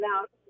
out